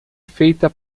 feita